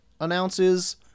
announces